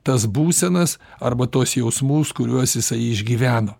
tas būsenas arba tuos jausmus kuriuos jisai išgyveno